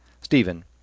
Stephen